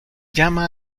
llama